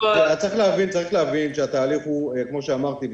צריך להבין שהתהליך הוא כמו שאמרתי,